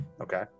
Okay